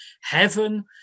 heaven